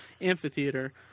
amphitheater